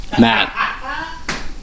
Matt